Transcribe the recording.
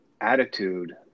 attitude